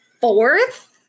fourth